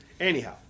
Anyhow